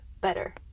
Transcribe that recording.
better